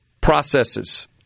processes